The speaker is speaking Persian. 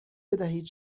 بدهید